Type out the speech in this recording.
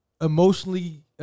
emotionally